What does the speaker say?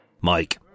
Mike